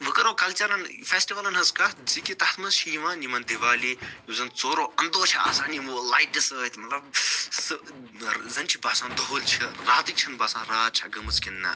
وۄنۍ کَرو کَلچَرَن فیٚسٹٕوَلَن ہنٛز کَتھ زِ کہِ تَتھ منٛز چھِ یِوان یِمَن دِوالی یُس زَن ژورُو اَنٛدُو چھِ آسان یِمُو لایٹہِ سۭتۍ مطلب سُہ زَن چھِ باسان دُۄہَل چھِ راتٕے چھَنہٕ باسان رات چھا گٔمٕژ کِنہٕ نَہ